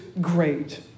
great